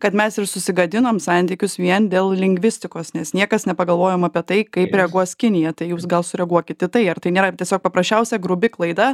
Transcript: kad mes ir susigadinom santykius vien dėl lingvistikos nes niekas nepagalvojom apie tai kaip reaguos kinija tai jūs gal sureaguokit į tai ar tai nėra tiesiog paprasčiausia grubi klaida